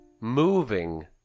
moving